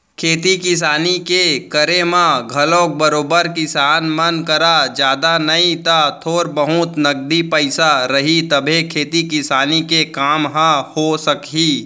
खेती किसानी के करे म घलौ बरोबर किसान मन करा जादा नई त थोर बहुत नगदी पइसा रही तभे खेती किसानी के काम ह हो सकही